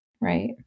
right